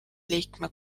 liikme